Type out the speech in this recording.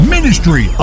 Ministry